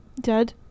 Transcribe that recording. dead